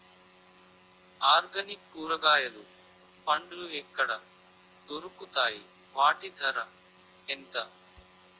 Organic కూరగాయలు పండ్లు ఎక్కడ దొరుకుతాయి? వాటి ధర ఎంత?